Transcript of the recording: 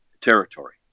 territory